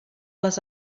les